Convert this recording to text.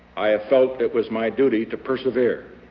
i have felt it was my duty to persevere.